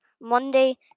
Monday